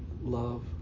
love